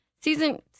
season